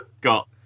got